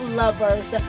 lovers